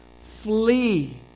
Flee